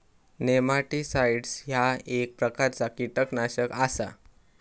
nematicides ह्या एक प्रकारचा कीटकनाशक आसा